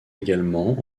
également